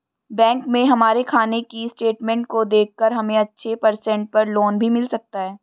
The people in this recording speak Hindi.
बैंक में हमारे खाने की स्टेटमेंट को देखकर हमे अच्छे परसेंट पर लोन भी मिल सकता है